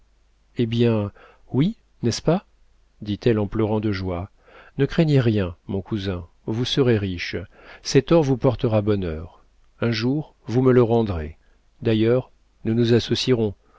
eh bien oui n'est-ce pas dit-elle en pleurant de joie ne craignez rien mon cousin vous serez riche cet or vous portera bonheur un jour vous me le rendrez d'ailleurs nous nous associerons